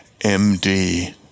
M-D